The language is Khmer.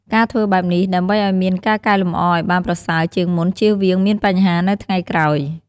ការធ្វើបែបនេះ ដើម្បីអោយមានការកែលម្អអោយបានប្រសើរជាងមុនជៀសវៀងមានបញ្ហានៅថ្ងៃក្រោយ។